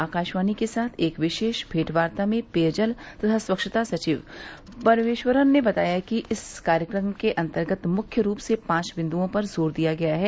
आकाशवाणी के साथ एक विशेष भेंटवार्ता में पेयजल तथा स्वच्छता सचिव परमेश्वरन ने बताया कि इस कार्यक्रम के अंतर्गत मुख्य रूप से पांच बिंद्ओं पर जोर दिया गया है